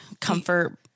comfort